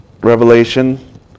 Revelation